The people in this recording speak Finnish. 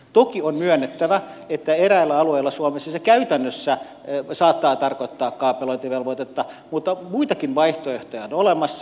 toki on myönnettävä että eräillä alueilla suomessa se käytännössä saattaa tarkoittaa kaapelointivelvoitetta mutta muitakin vaihtoehtoja on olemassa